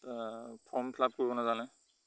form fill up কৰিব নাজানে